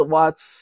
watch